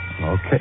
Okay